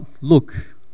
look